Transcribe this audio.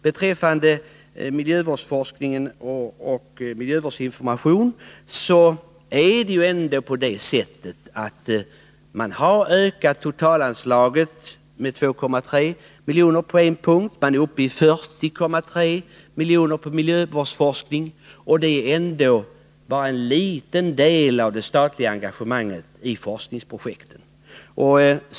Beträffande miljövårdsforskningen och miljövårdsinformationen vill jag område påminna om att man ändå har ökat totalanslaget med 2,3 miljoner på en punkt. Anslaget till miljövårdsforskning är uppe i 40,3 miljoner, och det är ändå bara en liten del av det statliga engagemanget i forskningsprojekten.